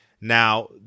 Now